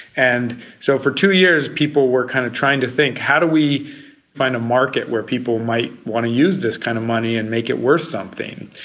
and so for two years people were kind of trying to think how do we find a market where people might want to use this kind of money and make it worth something?